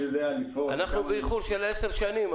יודע לפרוס --- אנחנו באיחור של עשר שנים,